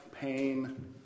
pain